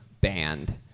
band